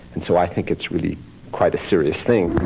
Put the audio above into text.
and so i think it's really quite a serious thing.